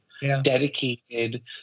dedicated